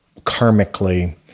karmically